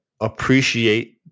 appreciate